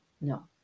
No